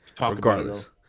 Regardless